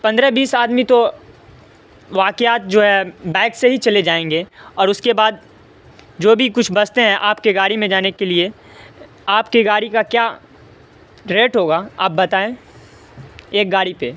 پندرہ بیس آدمی تو واقعات جو ہے بائک سے ہی چلے جائیں گے اور اس کے بعد جو بھی کچھ بچتے ہیں آپ کے گاڑی میں جانے کے لیے آپ کی گاڑی کا کیا ریٹ ہوگا آپ بتائیں ایک گاڑی پہ